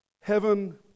Heaven